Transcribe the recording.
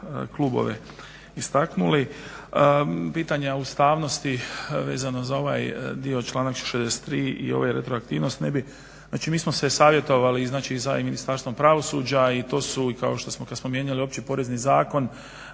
klubove istaknuli. Pitanje ustavnosti vezano za ovaj dio članak 63. i ove retroaktivnosti, ne bih, znači mi smo se savjetovali i sa Ministarstvom pravosuđa i tu su i kao što smo kad smo mijenjali Opći porezni zakon